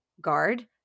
guard